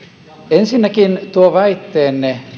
ensinnäkin tuo väitteenne